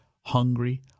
hungry